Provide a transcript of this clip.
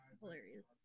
hilarious